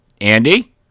Andy